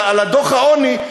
על דוח העוני,